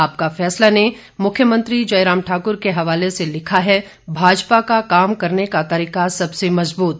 आपका फैसला ने मुख्यमंत्री जयराम ठाकुर के हवाले से लिखा है भाजपा का काम करने का तरीका सबसे मजबूत